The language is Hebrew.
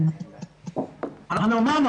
אנחנו אמרנו,